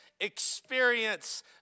experience